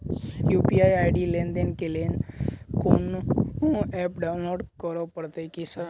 UPI ID लेनदेन केँ लेल कोनो ऐप डाउनलोड करऽ पड़तय की सर?